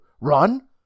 Run